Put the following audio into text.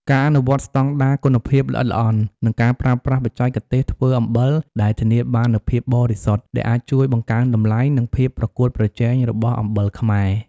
ការអនុវត្តស្តង់ដារគុណភាពល្អិតល្អន់ និងការប្រើប្រាស់បច្ចេកទេសធ្វើអំបិលដែលធានាបាននូវភាពបរិសុទ្ធ អាចជួយបង្កើនតម្លៃ និងភាពប្រកួតប្រជែងរបស់អំបិលខ្មែរ។